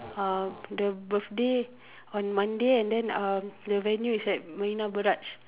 uh the birthday on Monday and then um the venue is at Marina-Barrage